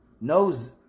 knows